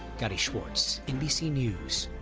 gadi schwartz, nbc news.